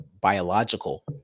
biological